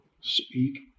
Speak